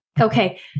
Okay